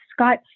skype